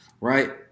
right